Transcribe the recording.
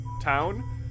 town